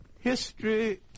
History